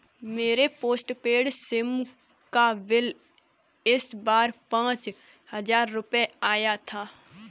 मेरे postpaid sim का bill इस बार पाँच हजार रुपए आया था